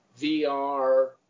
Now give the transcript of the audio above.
VR